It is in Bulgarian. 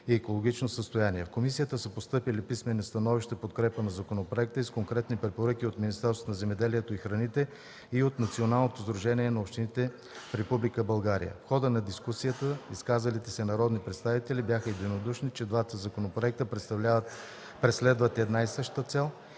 и екологично състояние. В комисията са постъпили писмени становища в подкрепа на законопроекта и с конкретни препоръки от Министерството на земеделието и храните и от Националното сдружение на общините в Република България. В хода на дискусията изказалите се народни представители бяха единодушни, че двата законопроекта преследват една и съща цел,